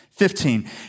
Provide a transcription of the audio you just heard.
Fifteen